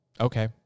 Okay